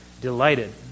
delighted